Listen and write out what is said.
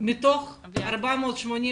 לנקות את